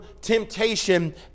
temptation